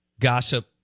gossip